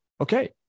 okay